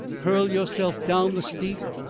hurl yourself down the steep?